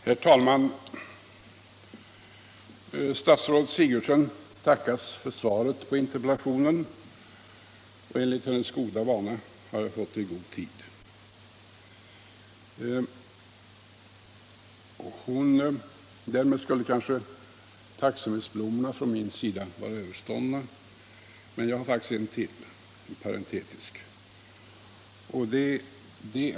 Herr talman! Statsrådet Sigurdsen tackas för svaret på interpellationen. Statsrådet har sin vana trogen låtit mig få del av svaret i god tid. Därmed skulle väl egentligen tacksamhetsblommorna från min sida vara överståndna, men jag har faktiskt en till, en parentetisk sådan.